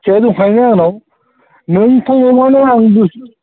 फिथाइआ दंखायोआनो आंनाव नों